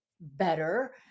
better